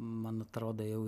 man atrodo jau